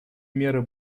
меры